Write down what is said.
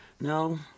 no